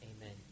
Amen